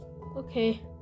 Okay